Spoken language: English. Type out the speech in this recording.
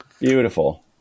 Beautiful